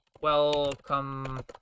Welcome